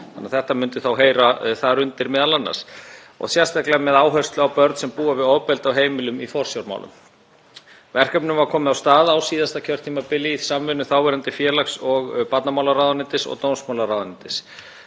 barna. Þetta myndi þá m.a. heyra þar undir og sérstaklega með áherslu á börn sem búa við ofbeldi á heimilum í forsjármálum. Verkefnum var komið af stað á síðasta kjörtímabili í samvinnu þáverandi félags- og barnamálaráðuneytis og dómsmálaráðuneytis.